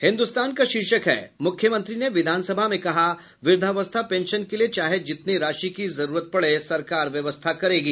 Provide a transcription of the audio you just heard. हिन्दुस्तान का शीर्षक है मुख्यमंत्री ने विधानसभा में कहा वृद्धावस्था पेंशन के लिये चाहे जितनी राशि की जरूरत पड़े सरकार व्यवस्था करेगी